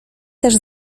też